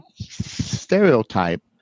stereotype